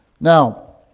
Now